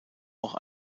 auch